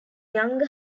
younger